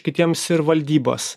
kitiems ir valdybas